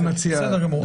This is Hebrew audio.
בסדר גמור.